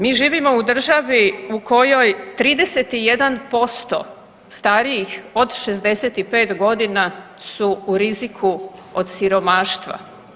Mi živimo u državi u kojoj 31% starijih od 65 godina su u riziku od siromaštva.